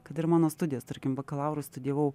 kad ir mano studijos tarkim bakalaurų studijavau